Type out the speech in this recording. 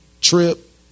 trip